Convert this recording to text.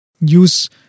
Use